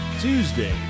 Tuesday